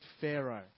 Pharaoh